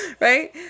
right